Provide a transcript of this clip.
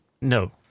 no